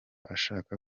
ashaka